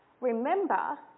Remember